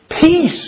Peace